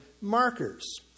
markers